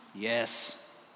Yes